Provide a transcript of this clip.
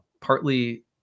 partly